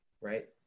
right